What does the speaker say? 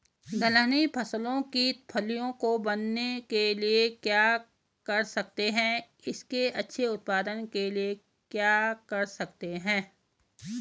दलहनी फसलों की फलियों को बनने के लिए क्या कर सकते हैं इसके अच्छे उत्पादन के लिए क्या कर सकते हैं?